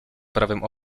prawym